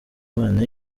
imana